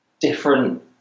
different